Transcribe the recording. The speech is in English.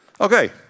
Okay